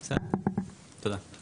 בסדר, תודה.